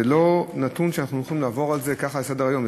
זה לא נתון שאנחנו יכולים לעבור עליו ככה לסדר-היום,